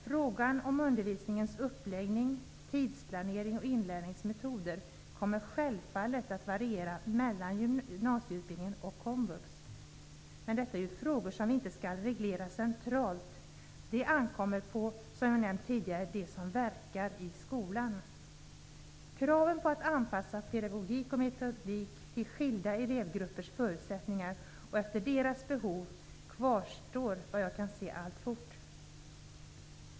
Frågan om undervisningens uppläggning, tidsplanering och inlärningsmetoder kommer självfallet att variera mellan gymnasieutbildningen och komvux. Men detta är ju frågor som inte skall regleras centralt. Det ankomer, som jag nämnt tidigare, på dem som verkar i skolan. Kraven på att anpassa pedagogik och metodik till skilda elevgrupperns förutsättningar och efter deras behov kvarstår alltfort, vad jag kan se.